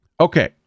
Okay